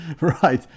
Right